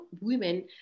women